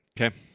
Okay